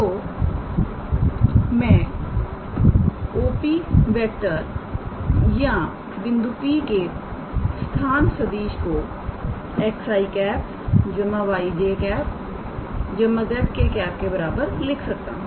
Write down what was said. तो मैं 𝑂𝑃⃗⃗⃗⃗⃗ या बिंदु P के स्थान सदिश को 𝑥𝑖̂ 𝑦𝑗̂ 𝑧𝑘̂ के बराबर लिख सकता हूं